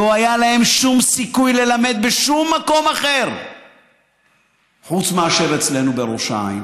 לא היה להם שום סיכוי ללמד בשום מקום אחר חוץ מאשר אצלנו בראש העין.